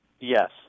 Yes